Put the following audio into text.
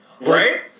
Right